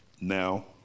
now